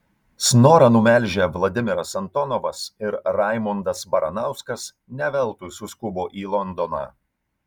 snorą numelžę vladimiras antonovas ir raimondas baranauskas ne veltui suskubo į londoną